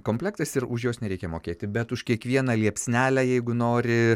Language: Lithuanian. komplektas ir už juos nereikia mokėti bet už kiekvieną liepsnelę jeigu nori